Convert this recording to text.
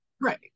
right